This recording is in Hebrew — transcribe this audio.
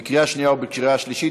בקריאה שנייה וקריאה שלישית.